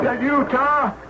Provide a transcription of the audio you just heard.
Utah